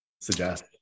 suggest